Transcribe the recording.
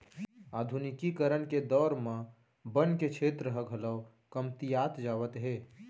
आधुनिकीकरन के दौर म बन के छेत्र ह घलौ कमतियात जावत हे